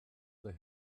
they